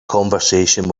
conversation